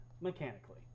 mechanically